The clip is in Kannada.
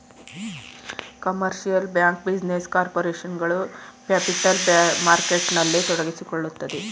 ಕಮರ್ಷಿಯಲ್ ಬ್ಯಾಂಕ್, ಬಿಸಿನೆಸ್ ಕಾರ್ಪೊರೇಷನ್ ಗಳು ಪ್ಯಾಪಿಟಲ್ ಮಾರ್ಕೆಟ್ನಲ್ಲಿ ತೊಡಗಿಸಿಕೊಳ್ಳುತ್ತದೆ